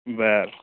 बरं